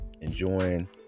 enjoying